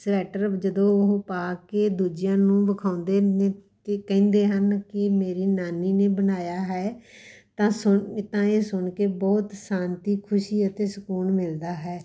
sweater ਜਦੋਂ ਉਹ ਪਾ ਕੇ ਦੂਜਿਆਂ ਨੂੰ ਵਿਖਾਉਂਦੇ ਨੇ ਅਤੇ ਕਹਿੰਦੇ ਹਨ ਕਿ ਮੇਰੀ ਨਾਨੀ ਨੇ ਬਣਾਇਆ ਹੈ ਤਾਂ ਸੁਣ ਤਾਂ ਇਹ ਸੁਣ ਕੇ ਬਹੁਤ ਸ਼ਾਂਤੀ ਖੁਸ਼ੀ ਅਤੇ ਸਕੂਨ ਮਿਲਦਾ ਹੈ